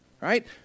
Right